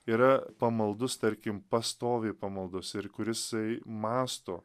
yra pamaldus tarkim pastoviai pamaldus ir kur jisai mąsto